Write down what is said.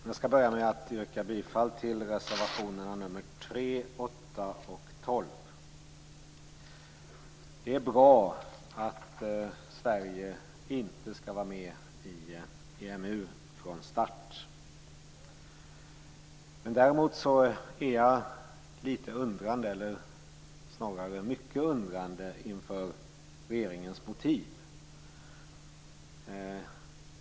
Fru talman! Jag skall börja med att yrka bifall till reservationerna 3, 8 och 12. Det är bra att Sverige inte skall vara med i EMU från start. Däremot är jag litet undrande, eller snarare mycket undrande, inför regeringens motiv.